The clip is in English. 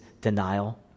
denial